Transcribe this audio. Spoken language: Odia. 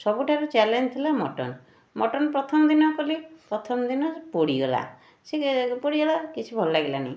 ସବୁଠାରୁ ଚେଲେଞ୍ଜ ଥିଲା ମଟନ୍ ମଟନ୍ ପ୍ରଥମ ଦିନ କଲି ପ୍ରଥମ ଦିନ ପୋଡ଼ିଗଲା ସିଏ ପୋଡ଼ିଗଲା କିଛି ଭଲ ଲାଗିଲାନି